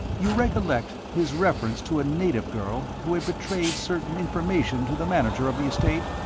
you recollect his reference to a native girl who had betrayed certain information to the manager of the estate?